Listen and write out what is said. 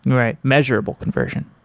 right, measurable conversion.